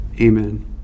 Amen